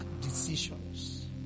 decisions